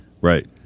right